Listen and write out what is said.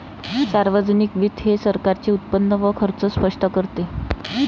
सार्वजनिक वित्त हे सरकारचे उत्पन्न व खर्च स्पष्ट करते